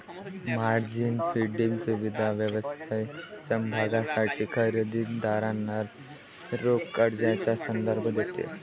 margin funding सुविधा व्यवसाय समभागांसाठी खरेदी दारांना रोख कर्जाचा संदर्भ देते